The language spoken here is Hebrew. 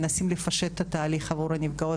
מנסים לפשט את התהליך עבור הנפגעות,